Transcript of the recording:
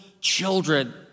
children